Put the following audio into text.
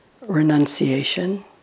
renunciation